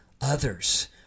others